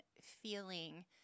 feeling